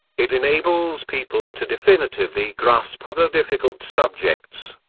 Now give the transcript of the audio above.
it enables people to definitively grasp other difficult subjects,